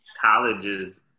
colleges